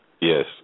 Yes